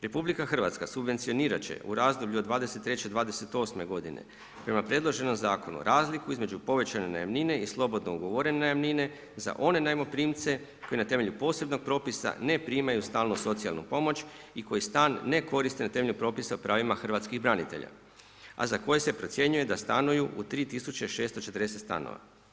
RH subvencionira će u razdoblju 23-28 g. prema predloženom zakonu razliku između povećane najamnine i slobodno ugovorene najamnine, za one najmoprimce koji na temelju posebnog propisa ne primaju stalno socijalnu pomoć i koji stan ne koriste temeljem propisa o pravima hrvatskih branitelja, a za koje se procjenjuju u stanuju u 3640 stanova.